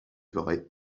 vrai